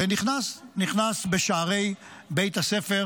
ונכנס בשערי בית הספר.